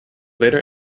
later